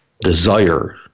desire